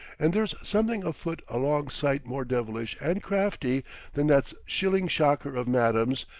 and there's something afoot a long sight more devilish and crafty than that shilling-shocker of madam's.